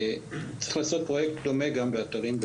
צריך לעשות פרויקט דומה גם באתרים,